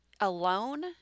alone